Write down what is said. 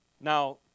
Now